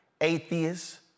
atheist